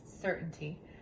certainty